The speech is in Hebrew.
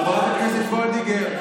חברת הכנסת וולדיגר,